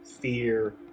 fear